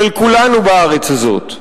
של כולנו בארץ הזאת.